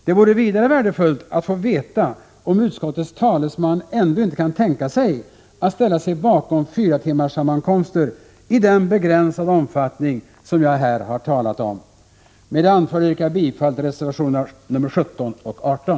Det vore vidare värdefullt att få veta om utskottets talesman ändå inte kan tänka sig att ställa sig bakom fyratimmarssammankomster i den begränsade omfattning som jag här har talat om. Med det anförda yrkar jag bifall till reservationerna 17 och 18.